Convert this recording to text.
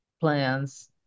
plans